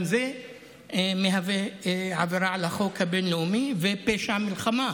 גם זה מהווה עבירה על החוק הבין-לאומי ופשע מלחמה.